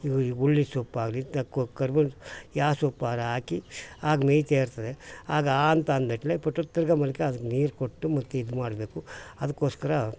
ಹುರುಳಿ ಸೊಪ್ಪಾಗಲೀ ತಕ್ಕೊ ಕರ್ಬೇವು ಯಾ ಸೊಪ್ಪಾರ ಹಾಕಿ ಆಗ ಮೇಯ್ತಾ ಇರ್ತದೆ ಆಗ ಆ ಅಂತ ಅಂದಟ್ಲೆ ತಿರ್ಗಿ ಆಮೇಲ್ಕೆ ಅದಕ್ಕೆ ನೀರು ಕೊಟ್ಟು ಮತ್ತು ಇದು ಮಾಡಬೇಕು ಅದಕ್ಕೋಸ್ಕರ